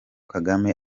kagame